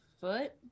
foot